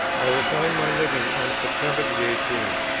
i resigned my living on september the eighteenth.